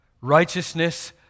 Righteousness